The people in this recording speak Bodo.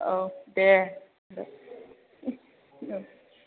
औ दे